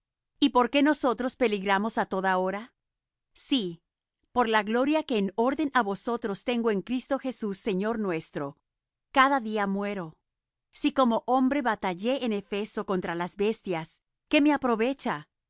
y por qué nosotros peligramos á toda hora sí por la gloria que en orden á vosotros tengo en cristo jesús señor nuestro cada día muero si como hombre batallé en efeso contra las bestias qué me aprovecha